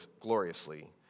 gloriously